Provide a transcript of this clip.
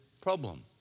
problem